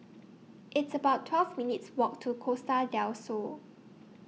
It's about twelve minutes' Walk to Costa Del Sol